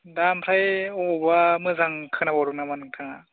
दा ओमफ्राय अबावबा मोजां खोनाबावदों नामा नोंथाङा